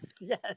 yes